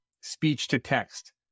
speech-to-text